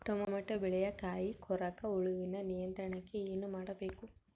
Tomato ಬೆಳೆಯ ಕಾಯಿ ಕೊರಕ ಹುಳುವಿನ ನಿಯಂತ್ರಣಕ್ಕೆ ಏನು ಮಾಡಬೇಕು?